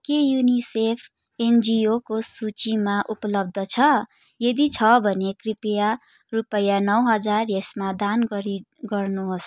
के युनिसेफ एनजिओको सूचीमा उपलब्ध छ यदि छ भने कृपया रुपियाँ नौ हजार यसमा दान गरी गर्नुहोस्